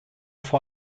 vor